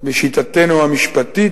בשיטתנו המשפטית,